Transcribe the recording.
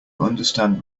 understand